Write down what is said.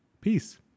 peace